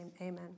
amen